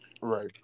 right